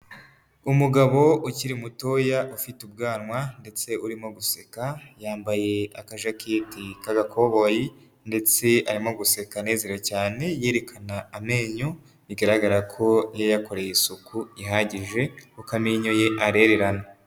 Umugabo ukiri mutoya ufite ubwanwa ndetse urimo guseka yambaye akajaketi k'agakoboyi ndetse arimo guseka anezerewe cyane yerekana amenyo bigaragara ko yayakoreye isuku ihagije kuko amenyo ye arererana.